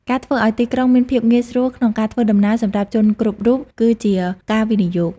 ការធ្វើឱ្យទីក្រុងមានភាពងាយស្រួលក្នុងការធ្វើដំណើរសម្រាប់ជនគ្រប់រូប គឺជាការវិនិយោគ។